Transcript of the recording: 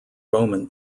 roman